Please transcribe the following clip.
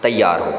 तैयार हों